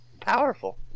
powerful